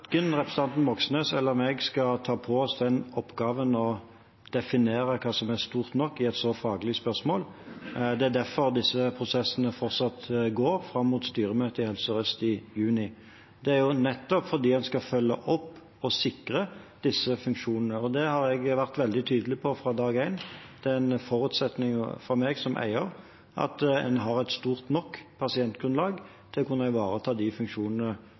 skal ta på oss oppgaven å definere hva som er stort nok i et så faglig spørsmål. Det er derfor disse prosessene fortsatt går fram mot styremøtet i Helse Sør-Øst i juni, nettopp fordi man skal følge opp og sikre disse funksjonene. Det har jeg vært veldig tydelig på fra dag én. Det er en forutsetning fra meg som eier at man har et stort nok pasientgrunnlag til å kunne ivareta de funksjonene